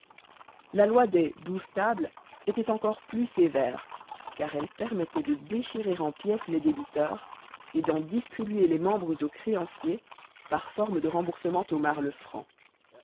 la loi des douze tables était encore plus sévère car elle permettait de déchirer en pièces les débiteurs et d'en distribuer les membres aux créanciers par forme de remboursement au marc le franc